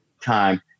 time